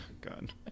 God